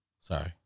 Sorry